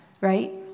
Right